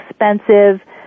expensive